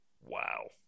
Wow